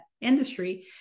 industry